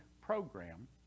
program